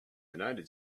united